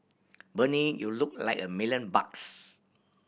Bernie you look like a million bucks